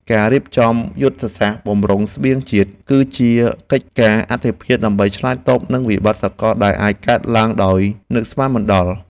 ការរៀបចំយុទ្ធសាស្ត្របម្រុងស្បៀងជាតិ គឺជាកិច្ចការអាទិភាពដើម្បីឆ្លើយតបនឹងវិបត្តិសកលដែលអាចកើតឡើងដោយនឹកស្មានមិនដល់។